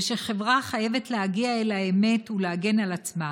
ושחברה חייבת להגיע אל האמת ולהגן על עצמה.